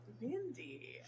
mindy